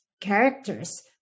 characters